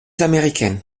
américain